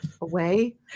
away